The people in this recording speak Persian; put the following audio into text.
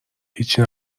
هیچی